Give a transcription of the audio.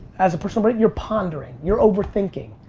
as a personal brand, you're pondering, you're overthinking.